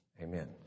Amen